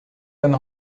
denn